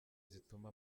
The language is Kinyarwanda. zituma